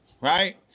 right